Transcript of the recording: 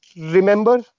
remember